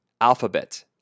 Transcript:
Alphabet